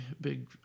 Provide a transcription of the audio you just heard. big